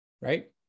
right